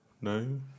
No